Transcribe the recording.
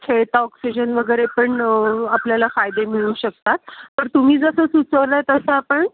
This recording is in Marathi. खेळता ऑक्सिजन वगैरे पण आपल्याला फायदे मिळू शकतात तर तुम्ही जसं सुचवलं आहे तसं आपण